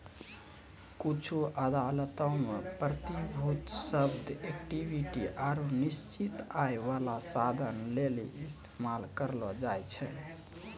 कुछु अदालतो मे प्रतिभूति शब्द इक्विटी आरु निश्चित आय बाला साधन लेली इस्तेमाल करलो जाय छै